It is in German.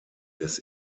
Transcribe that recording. des